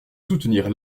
soutenir